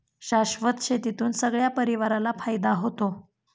शाश्वत शेतीतून सगळ्या परिवाराला फायदा होतो